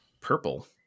Purple